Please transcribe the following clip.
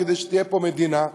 כדי שתהיה פה מדינה,